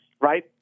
right